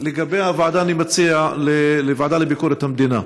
לגבי הוועדה, אני מציע לוועדה לביקורת המדינה.